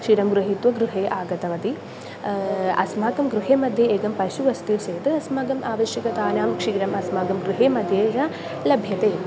क्षीरं गृहीत्वा गृहे आगतवती अस्माकं गृहे मध्ये एकं पशुः अस्ति चेत् अस्माकम् आवश्यकता क्षीरम् अस्माकं गृहे मध्येव लभ्यते